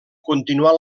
continuar